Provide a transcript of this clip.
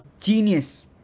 Genius